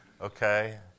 Okay